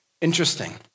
Interesting